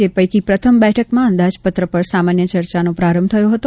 જે પૈકી પ્રથમ બેઠકમાં અંદાજ પત્ર પર સામાન્ય ચર્ચાનો પ્રારંભ થયો હતો